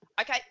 okay